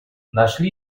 нашли